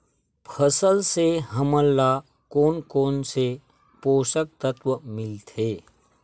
फसल से हमन ला कोन कोन से पोषक तत्व मिलथे?